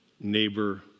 neighbor